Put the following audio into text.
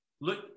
look